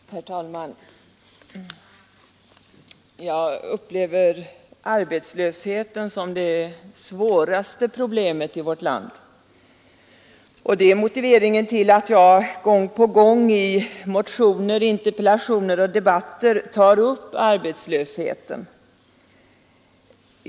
Herr talman! Jag upplever arbetslösheten som det svåraste problemet i vårt land, och det är motiveringen till att jag gång på gång i motioner, interpellationer och debatter tar upp arbetslösheten.